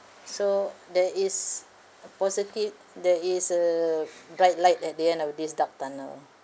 so there is a positive there is a bright light at the end of this dark tunnel so